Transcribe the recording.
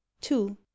two